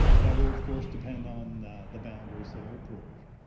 that will, of course, depend on the boundaries that are approved.